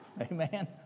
Amen